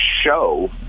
show